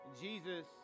Jesus